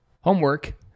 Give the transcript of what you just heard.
Homework